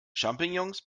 champignons